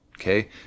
okay